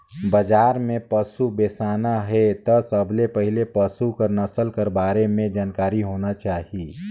बजार में पसु बेसाना हे त सबले पहिले पसु कर नसल कर बारे में जानकारी होना चाही